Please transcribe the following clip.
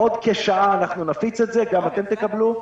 בעוד כשעה נפיץ את זה וגם אתם תקבלו.